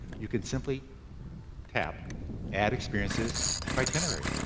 you can simply tap add experiences to itinerary.